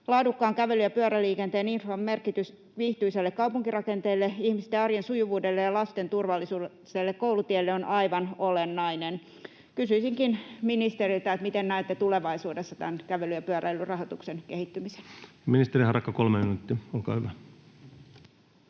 Laadukkaan kävely- ja pyöräliikenteen infran merkitys viihtyisälle kaupunkirakenteelle, ihmisten arjen sujuvuudelle ja lasten turvalliselle koulutielle on aivan olennainen. Kysyisinkin ministeriltä: miten näette tulevaisuudessa tämän kävelyn ja pyöräilyn rahoituksen kehittymisen? Ministeri Harakka, 3 minuuttia, olkaa hyvä.